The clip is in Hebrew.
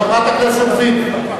חברת הכנסת וילף,